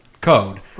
code